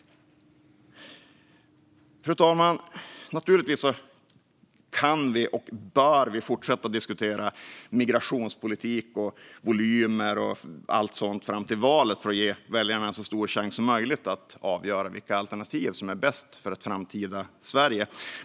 Fru talman! Naturligtvis kan och bör vi fortsätta diskutera migrationspolitik, volymer och allt sådant fram till valet för att ge väljarna en så stor chans som möjligt att avgöra vilket alternativ som är bäst för ett framtida Sverige.